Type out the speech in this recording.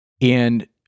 And-